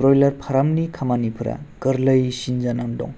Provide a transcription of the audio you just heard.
ब्रयलार फारामनि खामानिफोरा गोरलैसिन जानानै दं